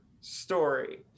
story